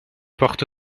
porte